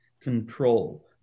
control